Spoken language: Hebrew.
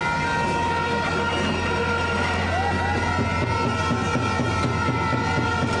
אנחנו מבינים שאנשים רבים חווים מצוקה ופגיעות,